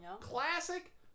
classic